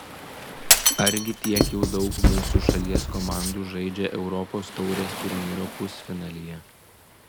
argi tiek jau daug mūsų šalies komandų žaidžia europos taurės turnyro pusfinalyje